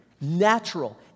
natural